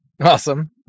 Awesome